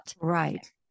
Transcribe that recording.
Right